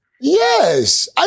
Yes